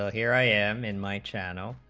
ah here i am in my channel